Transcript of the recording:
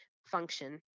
Function